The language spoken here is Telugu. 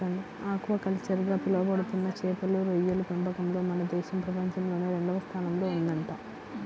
ఆక్వాకల్చర్ గా పిలవబడుతున్న చేపలు, రొయ్యల పెంపకంలో మన దేశం ప్రపంచంలోనే రెండవ స్థానంలో ఉందంట